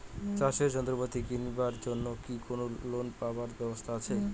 চাষের যন্ত্রপাতি কিনিবার জন্য কি কোনো লোন পাবার ব্যবস্থা আসে?